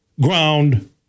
ground